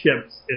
ships